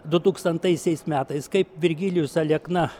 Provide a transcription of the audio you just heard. du tūkstantaisiais metais kaip virgilijus alekna